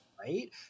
right